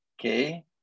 okay